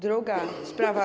Druga sprawa.